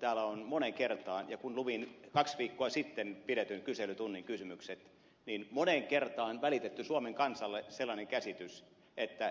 täällä on moneen kertaan kun luin kaksi viikkoa sitten pidetyn kyselytunnin kysymykset välitetty suomen kansalle sellainen käsitys